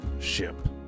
ship